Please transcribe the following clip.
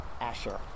Asher